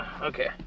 okay